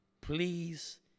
Please